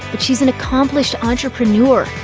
but she's an accomplished entrepreneur,